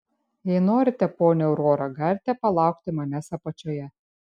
jei norite ponia aurora galite palaukti manęs apačioje